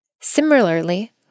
Similarly